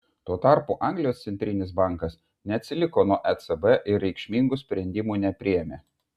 tuo tarpu anglijos centrinis bankas neatsiliko nuo ecb ir reikšmingų sprendimų nepriėmė